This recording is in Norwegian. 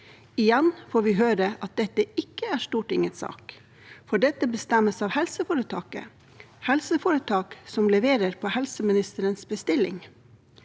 Igjen får vi høre at dette ikke er Stortingets sak, for dette bestemmes av helseforetaket – et helseforetak som leverer på helseministerens bestilling.